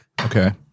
Okay